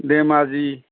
Dhemaji